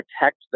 protect